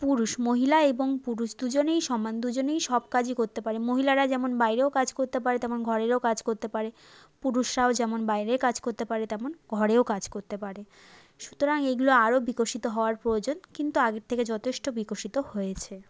পুরুষ মহিলা এবং পুরুষ দুজনেই সমান দুজনেই সব কাজই করতে পারে মহিলারা যেমন বাইরেও কাজ করতে পারে তেমন ঘরেরও কাজ করতে পারে পুরুষরাও যেমন বাইরের কাজ করতে পারে তেমন ঘরেও কাজ করতে পারে সুতরাং এইগুলো আরও বিকশিত হওয়ার প্রয়োজন কিন্তু আগের থেকে যথেষ্ট বিকশিত হয়েছে